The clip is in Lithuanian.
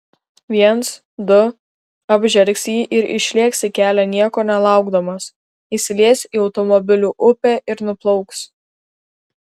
viens du apžergs jį ir išlėks į kelią nieko nelaukdamas įsilies į automobilių upę ir nuplauks